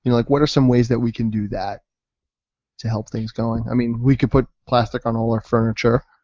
like what are some ways that we can do that to help things going? i mean we could put plastic on all our furniture.